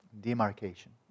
demarcation